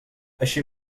així